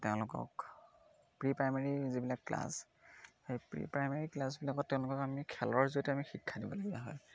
তেওঁলোকক pre primary যিবিলাক class সেই প্ৰি প্ৰাইমেৰী ক্লাছবিলাকত তেওঁলোকক আমি খেলৰ জৰিয়তে আমি শিক্ষা দিবলগীয়া হয়